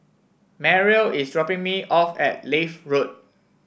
Mariel is dropping me off at Leith Road